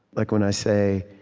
like when i say,